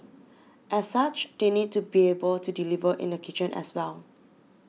as such they need to be able to deliver in the kitchen as well